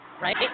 right